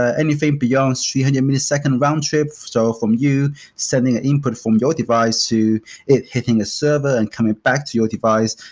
ah anything beyond three hundred millisecond round trip, so from you sending an input from your device to hitting a server and coming back to your device,